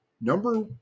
number